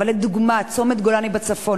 לדוגמה, צומת גולני בצפון.